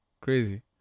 Crazy